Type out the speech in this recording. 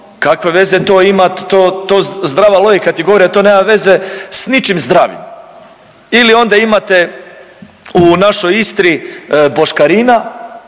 Kakve veze to ima, to zdrava logika ti govori da to nema veze s ničim zdravim. Ili onda imate u našoj Istri boškarina